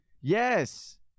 Yes